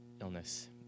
illness